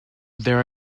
there